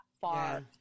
far